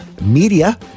media